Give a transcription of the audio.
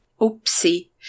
Oopsie